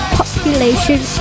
population